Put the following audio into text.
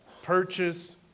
Purchase